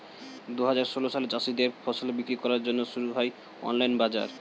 দুহাজার ষোল সালে চাষীদের ফসল বিক্রি করার জন্যে শুরু হয় অনলাইন বাজার